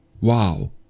Wow